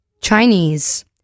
Chinese